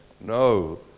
No